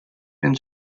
and